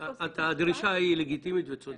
הדרישה היא לגיטימית וצודקת.